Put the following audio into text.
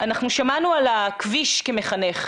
אנחנו שמענו על הכביש כמחנך,